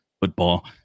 football